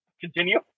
continue